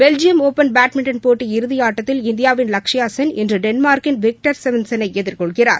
Belgium open badminton போட்டி இறுதி ஆட்டத்தில் இநியாவின் லக்ஷ்யா சென் இன்று டென்மார்க்கின் விக்டர் செவன்செனை எதிர்கொள்கிறார்